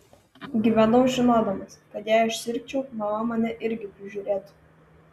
gyvenau žinodamas kad jei aš sirgčiau mama mane irgi prižiūrėtų